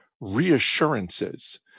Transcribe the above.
reassurances